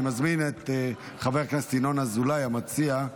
אני מזמין את חבר הכנסת ינון אזולאי, המציע,